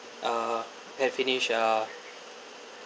uh have finish uh